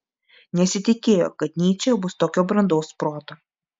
nesitikėjo kad nyčė bus tokio brandaus proto